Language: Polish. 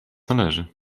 należy